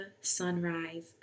sunrise